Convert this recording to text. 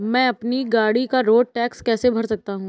मैं अपनी गाड़ी का रोड टैक्स कैसे भर सकता हूँ?